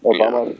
Obama